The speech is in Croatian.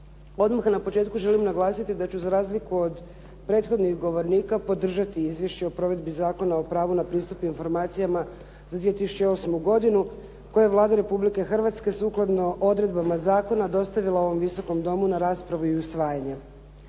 Odmah na početku želim naglasiti da ću za razliku od prethodnih govornika podržati Izvješće o provedbi Zakona o pravu na pristup informacijama za 2008. godini koje je Vlada Republike Hrvatske sukladno odredbama zakona dostavila ovom Visokom domu na raspravu i usvajanje.